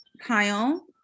Kyle